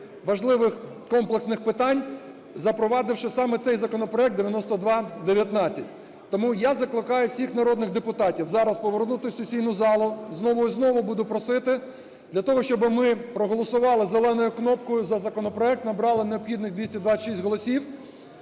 важливих комплексних питань, запровадивши саме цей законопроект – 9219. Тому я закликаю всіх народних депутатів зараз повернутись в сесійну залу, знову і знову буду просити, для того, щоби ми проголосували зеленою кнопкою за законопроект, набрали необхідних 226 голосів